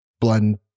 blend